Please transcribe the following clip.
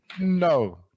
No